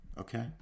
Okay